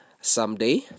someday